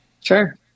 Sure